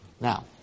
Now